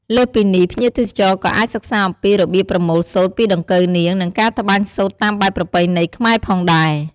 លើសពីនេះ ភ្ញៀវទេសចរក៏អាចសិក្សាអំពីរបៀបប្រមូលសូត្រពីដង្កូវនាង និងការត្បាញសូត្រតាមបែបប្រពៃណីខ្មែរផងដែរ។